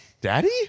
daddy